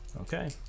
Okay